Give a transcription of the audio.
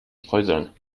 streuseln